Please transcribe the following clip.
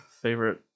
favorite